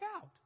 out